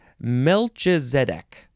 Melchizedek